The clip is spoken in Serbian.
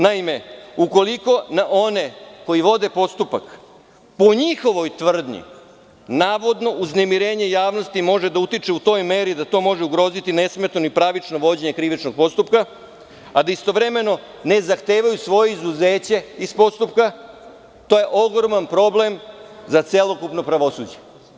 Naime, ukoliko na one koji vode postupak po njihovoj tvrdnji navodno uznemirenje javnosti može da utiče u toj meri da to može ugroziti nesmetano i pravično vođenje krivičnog postupka, a da istovremeno ne zahtevaju svoje izuzeće iz postupka, to je ogroman problem za celokupno pravosuđe.